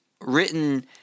written